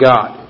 God